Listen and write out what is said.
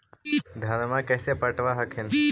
धन्मा कैसे पटब हखिन?